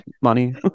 money